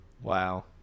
Wow